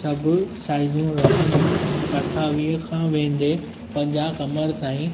सभु साइज़ूं रखंदुमि अठावीह खां वेंदे पंजाह कमर ताईं